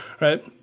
Right